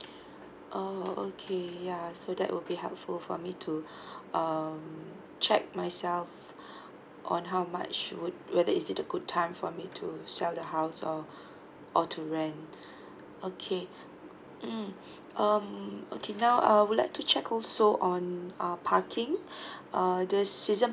orh okay yeah so that will be helpful for me to um check myself on how much would whether is it a good time for me to sell the house or or to rent okay mm um okay now I would like to check also on uh parking uh the season